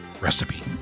recipe